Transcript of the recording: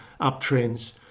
uptrends